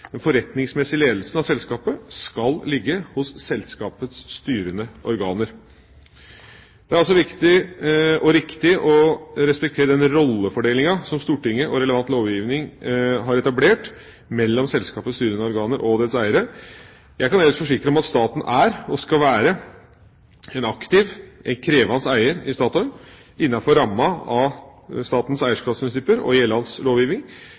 Den forretningsmessige ledelsen av selskapet skal ligge hos selskapets styrende organer. Det er altså viktig og riktig å respektere den rollefordelinga som Stortinget og relevant lovgivning har etablert mellom selskapets styrende organer og dets eiere. Jeg kan ellers forsikre om at staten er, og skal være, en aktiv og krevende eier i Statoil innenfor rammen av statens eierskapsprinsipper og gjeldende